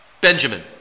Benjamin